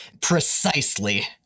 Precisely